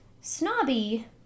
Snobby